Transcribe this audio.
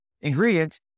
ingredient